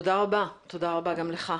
תודה רבה, תודה רבה גם לך.